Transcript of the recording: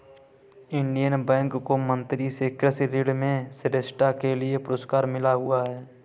Indian Bank को मंत्री से कृषि ऋण में श्रेष्ठता के लिए पुरस्कार मिला हुआ हैं